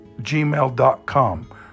gmail.com